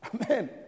Amen